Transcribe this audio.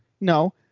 No